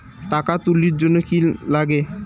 টাকা তুলির জন্যে কি লাগে?